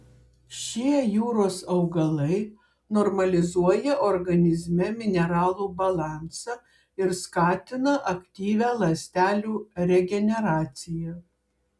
šie jūros augalai normalizuoja organizme mineralų balansą ir skatina aktyvią ląstelių regeneraciją